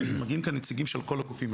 מגיעים לכאן נציגים של כל הגופים.